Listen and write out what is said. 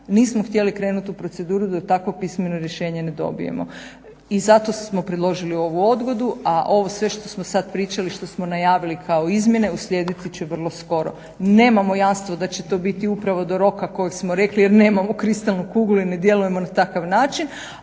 nismo htjeli krenuti u proceduru dok takvo pismeno rješenje ne dobijemo i zato smo predložili ovu odgodu, a ovo sve što smo sad pričali, što smo najavili kao izmjene uslijediti će vrlo skoro. Nemamo jasno da će to biti upravo do roka kojeg smo rekli jer nemamo kristalnu kuglu i ne djelujemo na takav način,